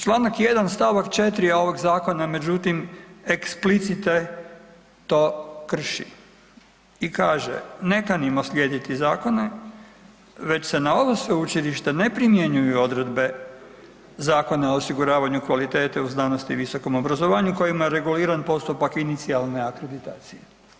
Čl. 1. st. 4. ovog zakona međutim explicite to krši i kaže, ne kanimo slijediti zakone već se na ovo sveučilište ne primjenjuju odredbe Zakona o osiguravanju kvalitete u znanosti i visokom obrazovanju kojima je reguliran postupak inicijalne akreditacije.